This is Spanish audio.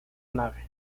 nave